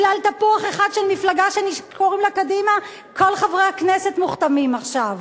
בגלל תפוח אחד של מפלגה שקוראים לה קדימה כל חברי הכנסת מוכתמים עכשיו.